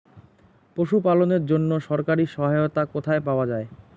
পশু পালনের জন্য সরকারি সহায়তা কোথায় পাওয়া যায়?